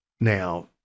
now